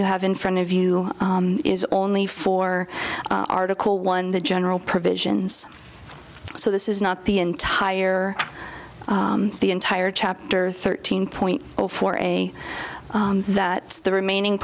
you have in front of you is only for article one the general provisions so this is not the entire the entire chapter thirteen point zero four a that the remaining